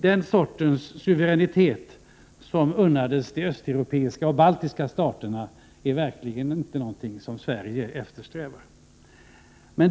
Den sortens suveränitet som unnades de östeuropeiska och baltiska staterna är verkligen inte någonting som Sverige eftersträvar.